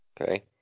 Okay